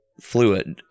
fluid